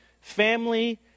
family